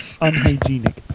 Unhygienic